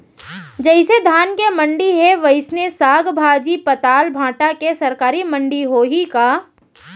जइसे धान के मंडी हे, वइसने साग, भाजी, पताल, भाटा के सरकारी मंडी होही का?